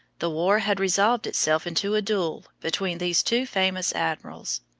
the war had resolved itself into a duel between these two famous admirals.